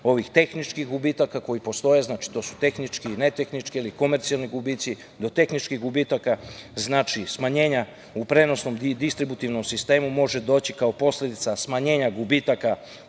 tehničkih gubitaka koji postoje, to su tehnički, ne tehnički ili komercijalni gubici. Do tehničkih gubitaka, znači, smanjenja u prenosnom i distributivnom sistemu može doći kao posledica smanjenja gubitaka